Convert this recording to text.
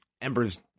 Ember's